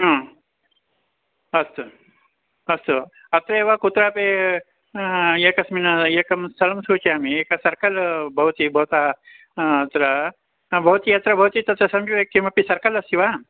अस्तु अस्तु अत्रैव कुत्रापि एकस्मिन् एकं स्थलं सूचयामि एकं सर्कल् भवति भवता अत्र भवति यत्र भवत्याः तत्र समीपे किमपि सर्कल् अस्ति वा